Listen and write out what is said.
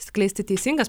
skleisti teisingas